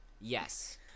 Yes